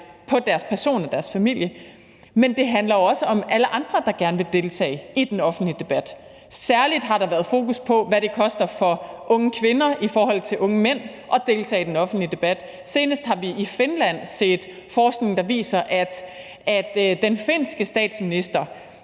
på deres person og deres familie. Men det handler også om alle andre, der gerne vil deltage i den offentlige debat. Særlig har der været fokus på, hvad det koster for unge kvinder i forhold til unge mænd at deltage i den offentlige debat. Senest har vi i Finland set forskning, der viser, at den finske statsminister